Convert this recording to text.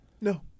No